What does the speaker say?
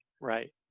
right